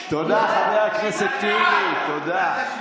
תודה, חבר הכנסת טיבי, תודה.